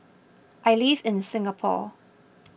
I live in Singapore